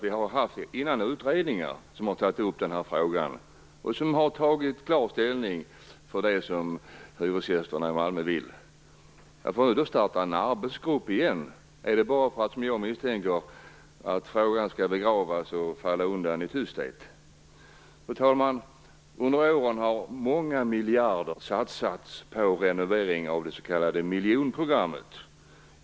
Vi har tidigare haft utredningar som har undersökt frågan och tagit klar ställning för det som hyresgästerna i Malmö vill. Varför starta en arbetsgrupp igen? Är det bara, som jag misstänker, för att frågan skall begravas och försvinna i tysthet? Herr talman! Under åren har många miljarder satsats på renovering av det s.k. miljonprogrammet.